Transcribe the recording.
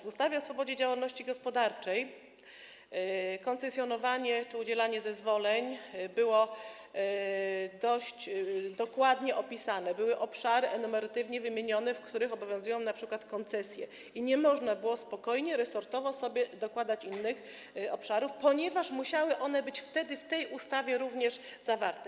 W ustawie o swobodzie działalności gospodarczej koncesjonowanie czy udzielanie zezwoleń było dość dokładnie opisane, były wymienione enumeratywnie obszary, w których obowiązują np. koncesje, i nie można było spokojnie resortowo sobie dokładać innych obszarów, ponieważ musiałyby one być wtedy w tej ustawie również uwzględnione.